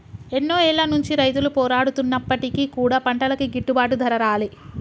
ఎన్నో ఏళ్ల నుంచి రైతులు పోరాడుతున్నప్పటికీ కూడా పంటలకి గిట్టుబాటు ధర రాలే